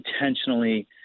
intentionally